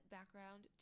Background